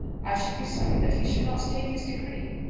i should be sorry that he should not take his degree.